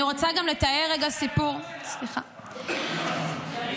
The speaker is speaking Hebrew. אני רוצה לתאר סיפור ------ את הדאגות שלך.